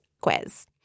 quiz